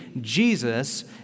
Jesus